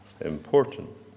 important